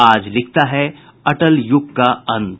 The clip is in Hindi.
आज लिखता है अटल युग का अंत